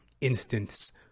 instance